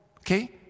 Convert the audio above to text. okay